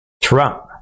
Trump